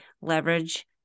leverage